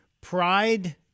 pride